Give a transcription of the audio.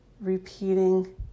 repeating